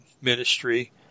ministry